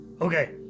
Okay